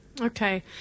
Okay